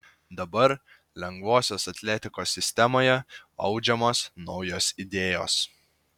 dabar lengvosios atletikos sistemoje audžiamos naujos idėjos